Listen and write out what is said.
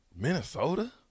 Minnesota